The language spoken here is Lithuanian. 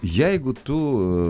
jeigu tu